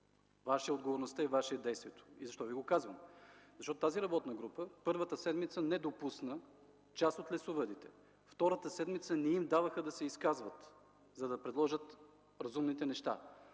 Ваша е отговорността и ваше е действието. Защо Ви го казвам? – Защото тази работна група първата седмица не допусна част от лесовъдите. Втората седмица не им даваха да се изказват, за да предложат разумните неща.